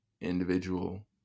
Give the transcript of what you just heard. individual